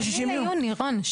לא, 2 ביוני רון.